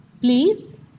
Please